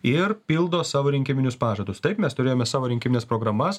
ir pildo savo rinkiminius pažadus taip mes turėjome savo rinkimines programas